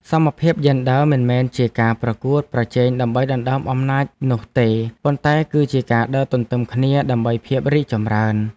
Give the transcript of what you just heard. សមភាពយេនឌ័រមិនមែនជាការប្រកួតប្រជែងដើម្បីដណ្តើមអំណាចនោះទេ ប៉ុន្តែគឺជាការដើរទន្ទឹមគ្នាដើម្បីភាពរីកចម្រើន។